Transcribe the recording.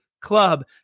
club